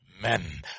men